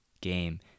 game